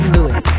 Lewis